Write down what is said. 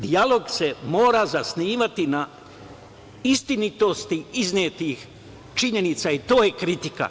Dijalog se mora zasnivati na istinitosti iznetih činjenica i to je kritika.